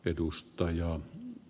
edustaja